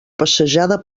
passejada